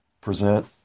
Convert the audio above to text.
present